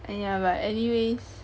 and yeah but anyways